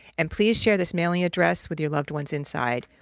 and please share this mailing address with your loved ones inside.